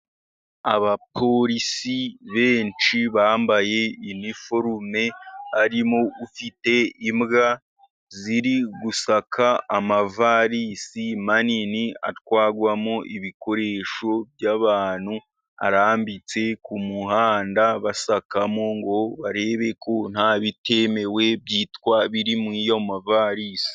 Abapolisi benshi bambaye iniforum. Harimo ufite imbwa ziri gushaka amavarisi manini atwagwamo ibikoresho by'abantu, arambitse ku muhanda, bashakamo ngo barebe ko nta bi bitemewe byitwa biri muri ayo mavalisi.